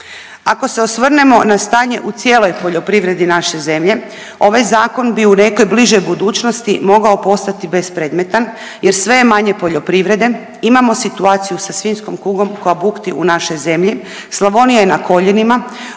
Ako se osvrnemo na stanje u cijeloj poljoprivredi naše zemlje ovaj zakon bi u nekoj bližoj budućnosti mogao postati bespredmetan jer sve je manje poljoprivrede. Imamo situaciju sa svinjskom kugom koja bukti u našoj zemlji, Slavonija je na koljenima,